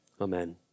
Amen